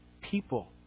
people